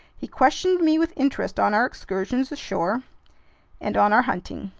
he questioned me with interest on our excursions ashore and on our hunting,